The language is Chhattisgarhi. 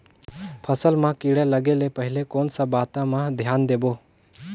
फसल मां किड़ा लगे ले पहले कोन सा बाता मां धियान देबो?